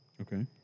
Okay